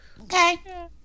Okay